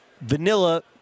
vanilla